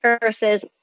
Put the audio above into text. versus